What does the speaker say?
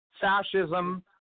fascism